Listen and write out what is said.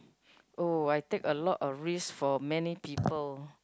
oh I take a lot of risk for many people